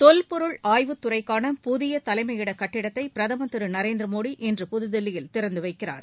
தொல்பொருள் ஆய்வுத்துறைக்கான புதிய தலைமையிட கட்டிடத்தை பிரதமர் திரு நரேந்திரமோடி இன்று புதுதில்லியில் திறந்துவைக்கிறார்